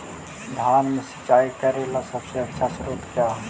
धान मे सिंचाई करे ला सबसे आछा स्त्रोत्र?